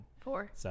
Four